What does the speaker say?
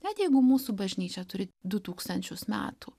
net jeigu mūsų bažnyčia turi du tūkstančius metų